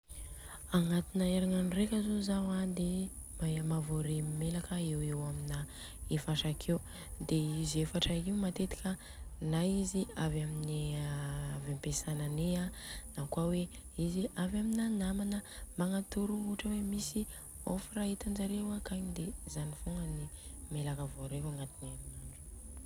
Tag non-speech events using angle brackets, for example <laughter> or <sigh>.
Agnatina herignandro reka zô zao an de mavôre mailaka eo ho eo amina efatra akeo. De izy efatra io matetika na izy avy amin'ny a <hesitation> ampesana ane an, nakôa e izy avy amina namana magnatoro. Ohatra hoe misy offre itanjareo akagny, de zany fogna mailaka vôreko agnatiny herignandro.